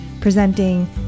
presenting